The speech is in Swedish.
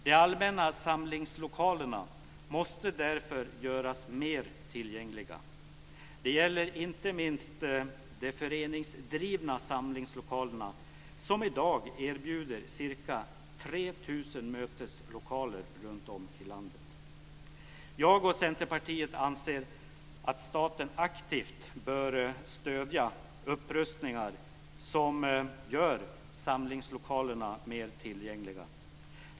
De allmänna samlingslokalerna måste därför göras mer tillgängliga. Det gäller inte minst de föreningsdrivna samlingslokalerna, som i dag erbjuder ca 3 000 möteslokaler runtom i landet. Jag och Centerpartiet anser att staten aktivt bör stödja upprustningar som gör samlingslokalerna mer tillgängliga.